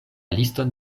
liston